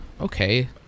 Okay